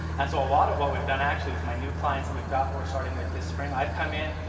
and so a lot of what we've done actually with my new clients that we've got, we're starting with this spring. i've come in,